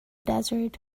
desert